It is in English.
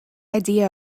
idea